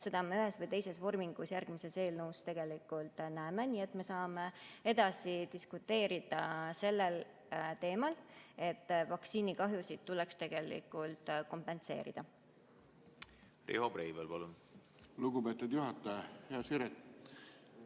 Seda me ühes või teises vormingus järgmise eelnõu arutelul täna näeme, nii et me saame edasi diskuteerida sellel teemal, et vaktsiinikahjusid tuleks tegelikult kompenseerida. Riho Breivel, palun! Riho Breivel, palun! Lugupeetud juhataja! Hea Siret!